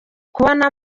kubona